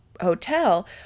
hotel